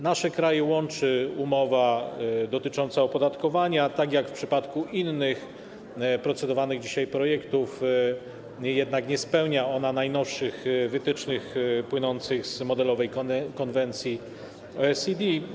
Nasze kraje łączy umowa dotycząca opodatkowania, tak jak w przypadku innych procedowanych dzisiaj projektów, jednak nie spełnia ona najnowszych wytycznych płynących z modelowej konwencji OECD.